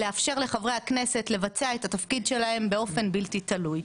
לאפשר לחברי הכנסת לבצע את תפקידם באופן בלתי תלוי.